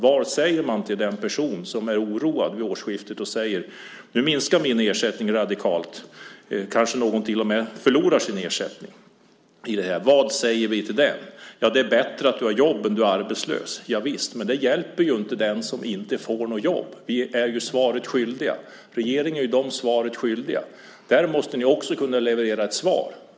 Vad säger man till den person som vid årsskiftet oroligt säger: Nu minskar min ersättning radikalt. Någon kanske till och med förlorar sin ersättning. Vad säger vi till dem? Jo, att det är bättre att han eller hon har jobb än är arbetslös. Javisst, men det hjälper ju inte den som inte får ett jobb. Vi är dem svaret skyldiga. Regeringen är dem svaret skyldig. Ni måste kunna leverera svar.